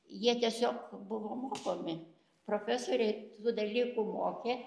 jie tiesiog buvo mokomi profesoriai tų dalykų mokė